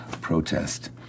protest